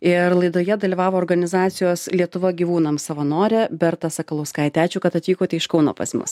ir laidoje dalyvavo organizacijos lietuva gyvūnam savanorė berta sakalauskaitė ačiū kad atvykote iš kauno pas mus